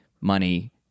money